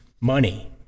money